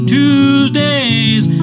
Tuesdays